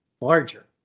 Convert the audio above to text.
larger